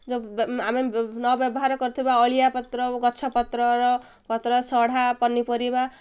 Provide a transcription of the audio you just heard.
ଯ ଆମେ ନ ବ୍ୟବହାର କରୁଥିବା ଅଳିଆ ପତ୍ର ଗଛ ପତ୍ରର ପତ୍ର ସଢ଼ା ପନିପରିବା